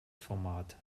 format